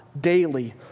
daily